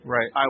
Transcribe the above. Right